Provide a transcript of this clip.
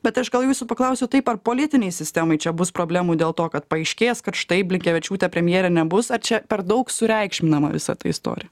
bet aš gal jūsų paklausiu taip ar politinei sistemai čia bus problemų dėl to kad paaiškės kad štai blinkevičiūtė premjerė nebus ar čia per daug sureikšminama visa ta istorija